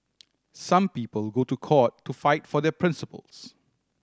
some people go to court to fight for their principles